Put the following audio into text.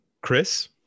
Chris